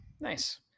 nice